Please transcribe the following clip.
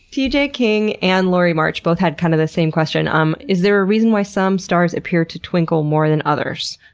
teejay king and laurie march both had kind of the same question. um is there a reason why some stars appear to twinkle more than others?